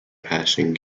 passing